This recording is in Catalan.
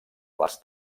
les